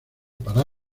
para